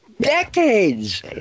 Decades